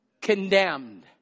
condemned